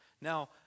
Now